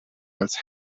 als